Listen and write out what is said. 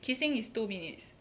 kissing is two minutes